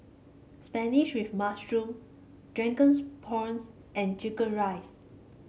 spinach with mushroom drunken's prawns and chicken rice